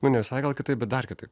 nu ne visai gal kitaip bet dar kitaip